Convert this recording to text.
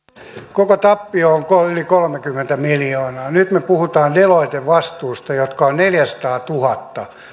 koko tappio on yli kolmekymmentä miljoonaa nyt me puhumme deloitten vastuista jotka ovat neljäsataatuhatta